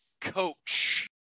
coach